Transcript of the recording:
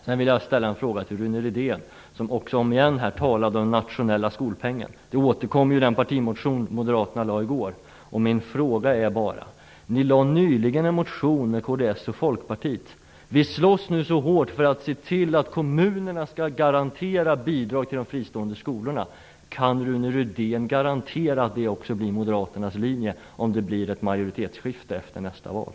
Sedan vill jag ställa en fråga till Rune Rydén, som återigen talade om den nationella skolpengen. Detta återkom i den partimotion Moderaterna väckte i går. Moderaterna väckte nyligen en motion tillsammans med kds och Folkpartiet. Vi slåss nu hårt för att se till att kommunerna skall garantera bidrag till de fristående skolorna. Kan Rune Rydén garantera att detta blir Moderaternas linje om det blir ett majoritetsskifte efter nästa val?